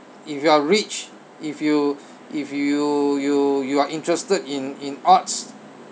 if you are rich if you if you you you are interested in in arts